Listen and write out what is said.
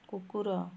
କୁକୁର